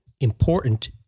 important